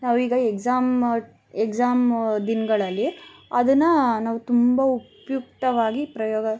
ನಾವೀಗ exam exam ದಿನಗಳಲ್ಲಿ ಅದನ್ನು ನಾವು ತುಂಬ ಉಪಯುಕ್ತವಾಗಿ ಪ್ರಯೋಗ